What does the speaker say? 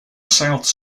south